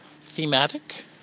thematic